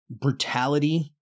brutality